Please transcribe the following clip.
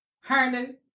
Hernan